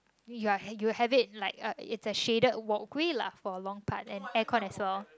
you're you have it like uh it's a shaded walkway lah for a long part and air con as well